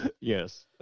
Yes